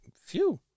phew